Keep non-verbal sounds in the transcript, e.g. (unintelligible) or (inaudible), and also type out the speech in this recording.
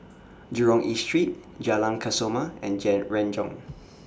Jurong East Street Jalan Kesoma and (unintelligible) Renjong